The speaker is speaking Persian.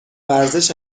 ورزش